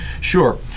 sure